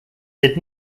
did